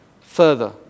further